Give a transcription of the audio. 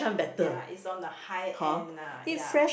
ya it's on the high end ah ya